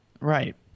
Right